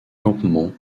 campement